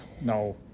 No